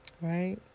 Right